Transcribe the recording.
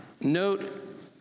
note